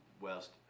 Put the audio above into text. west